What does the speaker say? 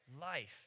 life